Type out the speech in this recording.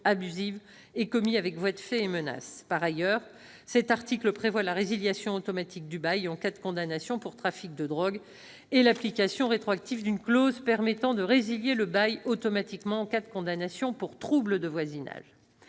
abusive est commis avec voies de fait et menaces. Par ailleurs, cet article prévoit la résiliation automatique du bail en cas de condamnation pour trafic de drogue, et l'application rétroactive d'une clause permettant de résilier le bail automatiquement en cas de condamnation pour troubles de voisinage.